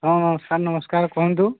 ହଁ ନମସ୍କାର ନମସ୍କାର କୁହନ୍ତୁ